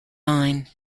line